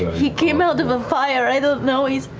he came out of a fire, i don't know, he's